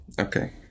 Okay